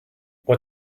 what